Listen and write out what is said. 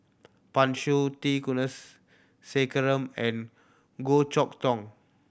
Pan Shou T Kulasekaram and Goh Chok Tong